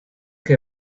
que